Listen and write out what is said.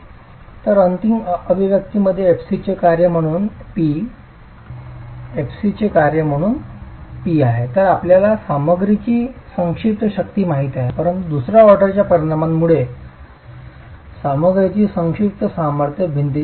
तर अंतिम अभिव्यक्तीमध्ये P fc चे कार्य म्हणून P आहे तर आपल्याला सामग्रीची संक्षिप्त शक्ती माहित आहे परंतु दुसर्या ऑर्डरच्या परिणामामुळे सामग्रीची संक्षिप्त सामर्थ्य भिंतची शक्ती नाही